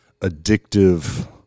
addictive